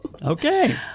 okay